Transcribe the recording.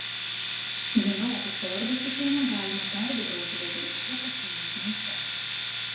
žinau kad pavargusį kūną galima pergudrauti vietoj miego pasiūlius maisto